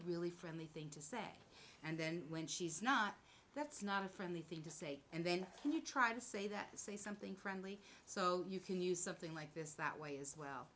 really friendly thing to say and then when she's not that's not a friendly thing to say and then you try to say that say something friendly so you can use something like this that way as well